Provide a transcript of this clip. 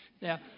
Now